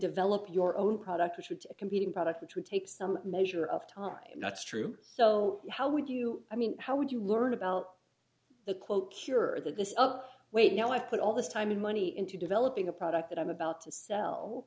develop your own product which would a competing product which would take some measure of time that's true so how would you i mean how would you learn about the quote cure this oh wait no i put all this time and money into developing a product that i'm about to sell